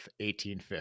1850